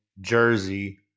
Jersey